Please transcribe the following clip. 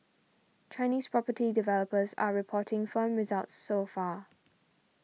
Chinese property developers are reporting firm results so far